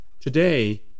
Today